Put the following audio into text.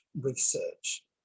research